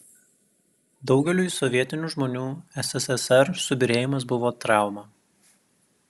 daugeliui sovietinių žmonių sssr subyrėjimas buvo trauma